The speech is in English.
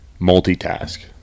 multitask